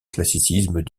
classicisme